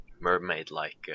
Mermaid-like